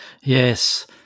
yes